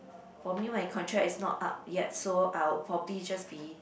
for me my contract is not up yet so I would probably just be